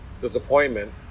disappointment